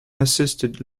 assisted